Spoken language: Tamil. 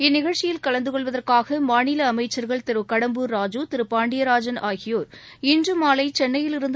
இந்நிகழ்ச்சியில் கலந்துகொள்வதற்காகமாநிலஅமைச்சர்கள் திருகடம்பூர் ராஜு திருபாண்டியராஜன் ஆசியோர் இன்றுமாலைசென்னையிலிருந்து